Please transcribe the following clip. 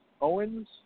Owens